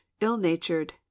ill-natured